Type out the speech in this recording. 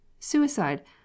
Suicide